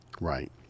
Right